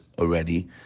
already